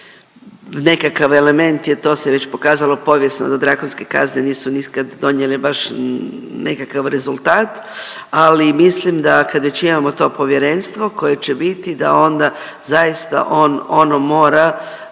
nekakav element, to se već pokazalo povijesno da drakonske kazne nisu nikad donijele baš nekakav rezultat. Ali mislim da kad već imamo to povjerenstvo koje će biti da onda zaista ono mora